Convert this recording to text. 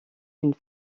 d’une